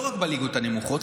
לא רק בליגות הנמוכות,